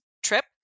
trip